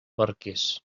barquers